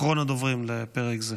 אחרון הדוברים לפרק זה.